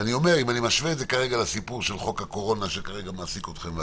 אם אני משווה את זה לסיפור של חוק הקורונה שמעסיק אתכם,